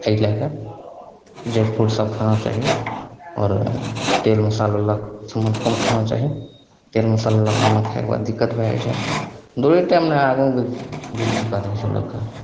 अइ लएके जे फ्रूट सभ खाना चाही आओर तेल मसालो सामान सभ कम खाना चाही तेल मसाला सभमे खाइके बाद दिक्कत भए जाइ छै दौड़य टाइम नऽ आदमीके करय छै लोकके